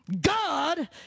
God